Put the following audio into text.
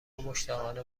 مشتاقانه